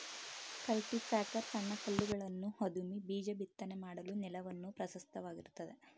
cultipacker ಸಣ್ಣ ಕಲ್ಲುಗಳನ್ನು ಅದುಮಿ ಬೀಜ ಬಿತ್ತನೆ ಮಾಡಲು ನೆಲವನ್ನು ಪ್ರಶಸ್ತವಾಗಿರುತ್ತದೆ